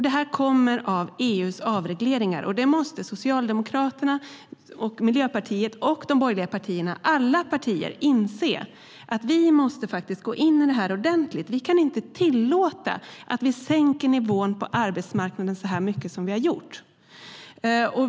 Det här kommer av EU:s avregleringar. Socialdemokraterna, Miljöpartiet och de borgerliga partierna - alla partier - måste inse att vi faktiskt måste gå in i det här ordentligt. Vi kan inte tillåta att vi sänker nivån på arbetsmarknaden så mycket som vi har gjort.